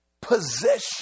possession